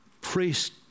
priest